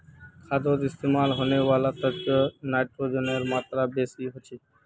खादोत इस्तेमाल होने वाला तत्वोत नाइट्रोजनेर मात्रा बेसी होचे